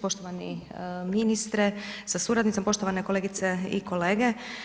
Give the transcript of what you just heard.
Poštovani ministre sa suradnicom, poštovane kolegice i kolege.